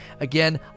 Again